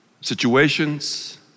situations